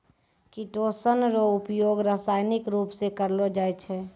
chitosan रो उपयोग रासायनिक रुप से करलो जाय छै